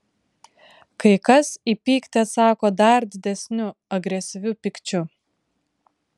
kai kas į pyktį atsako dar didesniu agresyviu pykčiu